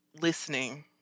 listening